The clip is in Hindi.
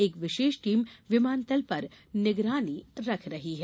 एक विशेष टीम विमानतल पर निगरानी रख रही है